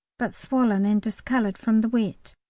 but swollen and discoloured from the wet.